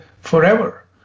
forever